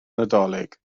nadolig